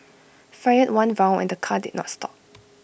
fired one round and the car did not stop